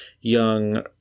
young